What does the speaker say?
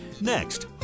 Next